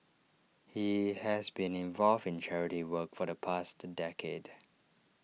he has been involved in charity work for the past decade